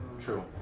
True